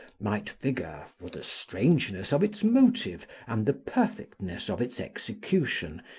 might figure, for the strangeness of its motive and the perfectness of its execution,